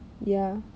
ya